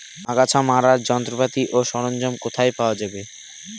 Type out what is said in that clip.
আগাছা মারার যন্ত্রপাতি ও সরঞ্জাম কোথায় পাওয়া যাবে?